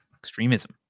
extremism